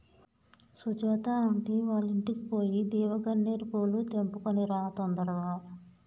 Sujatha aunty వాళ్ళింటికి పోయి దేవగన్నేరు పూలు తెంపుకొని రా తొందరగా